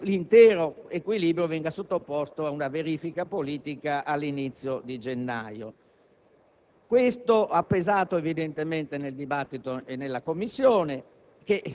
che l'intero equilibrio venisse sottoposto ad una verifica politica all'inizio di gennaio. Tutto ciò ha evidentemente pesato nel dibattito in Commissione,